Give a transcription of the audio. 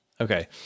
Okay